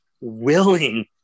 willing